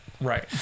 Right